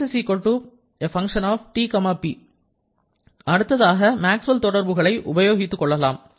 s f T P அடுத்ததாக Maxwell தொடர்புகளை உபயோகித்துக்கொள்ளலாம்